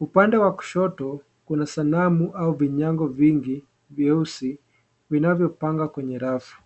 upande wa kushoto kuna sanamu au vinyango vingi vyeusi vinavyopangwa kwenye rafu.